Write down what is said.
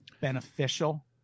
beneficial